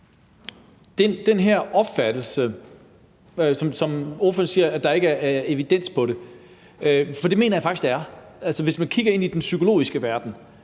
den her opfattelse af, som ordføreren siger, at der ikke er evidens for det. For det mener jeg faktisk at der er. Hvis man kigger ind i den psykologiske verden,